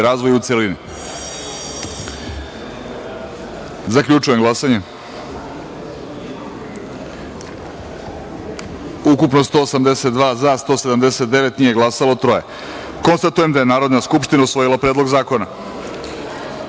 i razvoj, u celini. Zaključujem glasanje: ukupno – 182, za – 179, nije glasalo – troje. Konstatujem da je Narodna skupština usvojila Predlog zakona